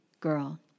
girl